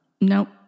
Nope